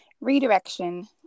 redirection